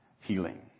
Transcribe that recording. healing